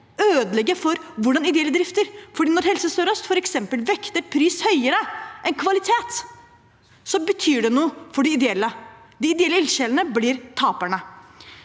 ødelegge for hvordan ideelle drifter, for når Helse sør-øst f.eks. vekter pris høyere enn kvalitet, betyr det noe for de ideelle. De ideelle ildsjelene blir taperne.